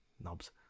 knobs